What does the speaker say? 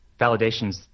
validations